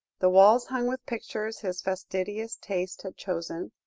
the walls hung with pictures his fastidious taste had chosen,